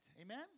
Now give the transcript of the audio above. Amen